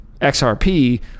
XRP